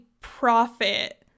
profit